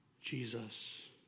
Jesus